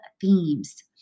themes